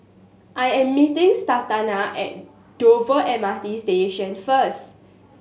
I am meeting Santana at Dover M R T Station first